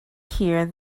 here